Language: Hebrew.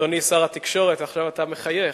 אדוני שר התקשורת, עכשיו אתה מחייך,